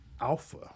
Alpha